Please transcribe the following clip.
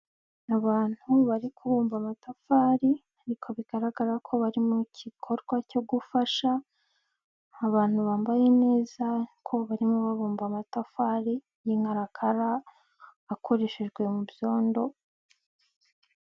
Abantu bari kubumba amatafari, ariko bigaragara ko bari mu gikorwa cyo gufasha, abantu bambaye neza ko barimo babumba amatafari y'inkarakara, akoreshejwe mu byondo.